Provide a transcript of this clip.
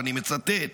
ואני מצטט: